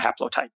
haplotype